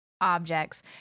objects